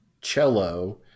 cello